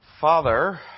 father